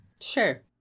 Sure